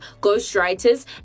ghostwriters